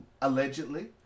Allegedly